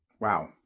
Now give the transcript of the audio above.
Wow